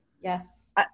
Yes